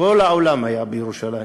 כל העולם היה בירושלים,